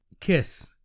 Kiss